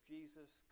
Jesus